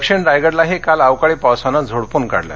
दक्षिण रायगडलाही काल अवकाळी पावसानं झोडपून काढलं